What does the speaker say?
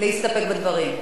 להסתפק בדברים?